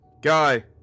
Guy